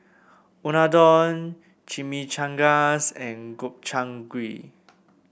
Unadon Chimichangas and Gobchang Gui